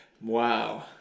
Wow